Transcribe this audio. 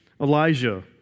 Elijah